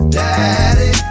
Daddy